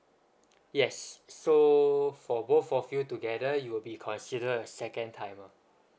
yes so for both of you together you will be considered a second timer